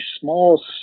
small